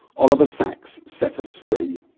oliver sacks set us free.